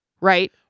Right